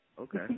Okay